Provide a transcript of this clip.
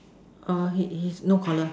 orh he he is no collar